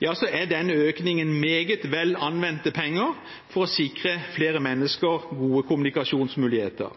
er denne økningen meget vel anvendte penger for å sikre flere mennesker gode kommunikasjonsmuligheter.